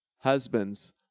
Husbands